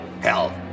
hell